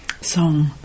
Song